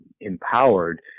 empowered